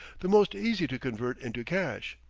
the most easy to convert into cash.